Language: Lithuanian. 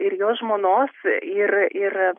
ir jo žmonos ir ir